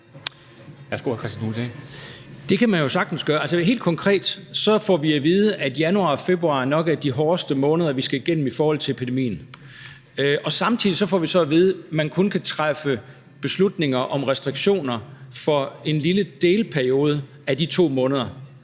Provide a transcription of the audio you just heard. Det kan man jo sagtens gøre. Altså, helt konkret får vi at vide, at januar og februar nok er de hårdeste måneder, vi skal igennem, i forhold til epidemien, og samtidig får vi så at vide, at man kun kan træffe beslutninger om restriktioner for en lille delperiode af de 2 måneder,